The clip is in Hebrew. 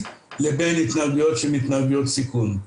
לבין התנהגויות שהן התנהגויות סיכום.